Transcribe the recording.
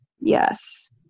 Yes